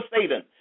Satan